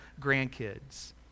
grandkids